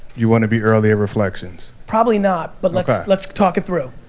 you wanna be early at reflections. probably not, but let's like let's talk it through.